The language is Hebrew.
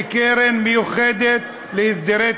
בקרן מיוחדת להסדרי תנועה,